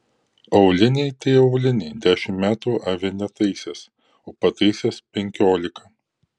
auliniai tai auliniai dešimt metų avi netaisęs o pataisęs penkiolika